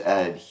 add